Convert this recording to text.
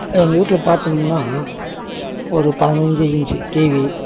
எங்கள் வீட்ல பார்த்திங்கனா ஒரு பதினஞ்சு இன்ச் டிவி